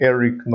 Eric